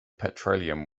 petroleum